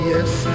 Yes